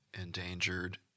endangered